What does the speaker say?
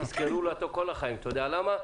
יזכרו לו את זה לכל החיים, אתה יודע למה?